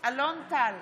אלון טל,